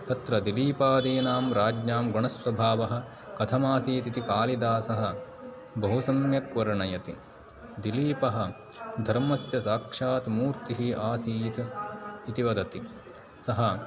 तत्र दिलीपादीनां राज्ञां गुणस्वभावः कथमासीदिति कालिदासः बहु सम्यक् वर्णयति दिलीपः धर्मस्य साक्षात् मूर्तिः आसीदिति वदति सः